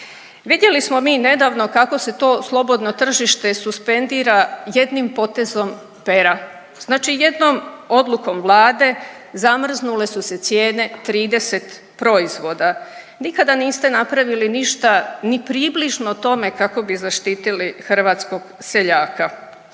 Vidjeli smo mi nedavno kako se to slobodno tržište suspendira jednim potezom pera. Znači jednom odlukom Vlade, zamrznule su se cijene 30 proizvoda. Nikada niste napravili ništa ni približno tome kako bi zaštitili hrvatskog seljaka.